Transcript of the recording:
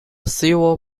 civil